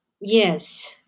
Yes